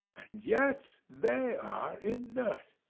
and yet they are inert.